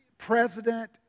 President